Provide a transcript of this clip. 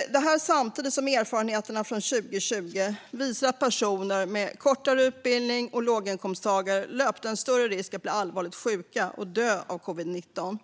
detta samtidigt som erfarenheterna från 2020 visar att personer med kortare utbildning och låginkomsttagare löpte en större risk att bli allvarligt sjuka och dö av covid-19.